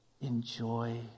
Enjoy